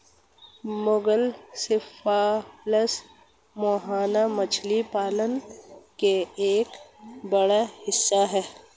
मुगिल सेफालस मुहाना मछली पालन का एक बड़ा हिस्सा है